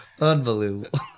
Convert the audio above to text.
Unbelievable